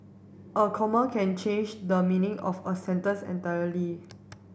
a comma can change the meaning of a sentence entirely